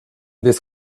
this